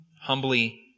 humbly